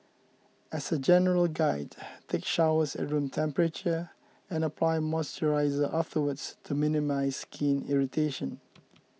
as a general guide take showers at room temperature and apply moisturiser afterwards to minimise skin irritation